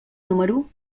número